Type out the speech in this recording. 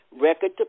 record